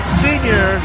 senior